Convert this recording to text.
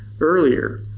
earlier